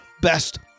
best